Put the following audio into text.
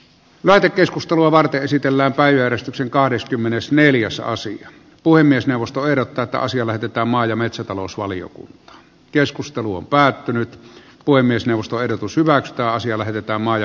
mäkikeskustelua varten esitellä pääjäristyksen kahdeskymmenesneljäs aasin puhemiesneuvosto ehdottaa että asia lähetetään liikenne ja metsätalousvaliokunta keskustelu on päättynyt puhemiesneuvosto ehdotus hyväksytä asia lähetetään maa viestintävaliokuntaan